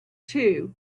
too